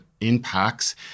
impacts